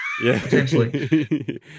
potentially